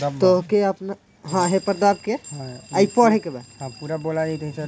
तोहके आपन कर वापसी करवावे के बाटे तअ चार्टेड अकाउंटेंट से पेपर के काम करवा लअ